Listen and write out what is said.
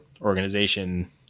organization